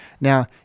Now